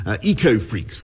eco-freaks